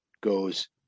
goes